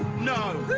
no,